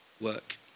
work